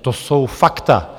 To jsou fakta.